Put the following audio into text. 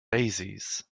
daisies